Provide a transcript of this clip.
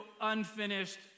unfinished